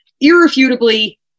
irrefutably